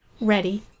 ready